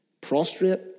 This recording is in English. prostrate